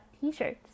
t-shirts